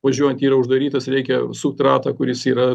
važiuojant yra uždarytas reikia sukt ratą kuris yra